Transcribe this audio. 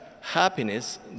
happiness